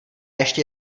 ještě